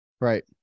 right